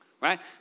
right